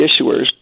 issuers